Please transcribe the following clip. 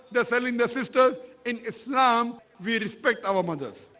they're selling the sisters in islam we respect our mothers.